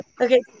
okay